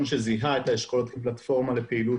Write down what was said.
שזיהה את האשכולות כפלטפורמה לפעילות,